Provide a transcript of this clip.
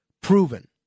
proven